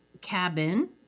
cabin